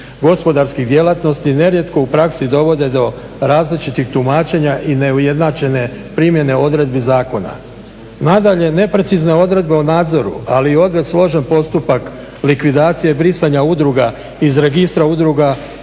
gospodarskih djelatnosti nerijetko u praksi dovode do različitih tumačenja i neujednačene primjene odredbi zakona. Nadalje, neprecizne odredbe o nadzoru ali i odveć složen postupak likvidacije brisanja udruga iz Registra udruga